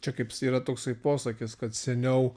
čia kaip yra toksai posakis kad seniau